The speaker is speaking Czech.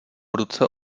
ruce